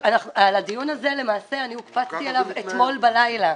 על הדיון הזה למעשה אני הוקפצתי אליו אתמול בלילה.